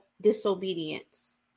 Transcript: disobedience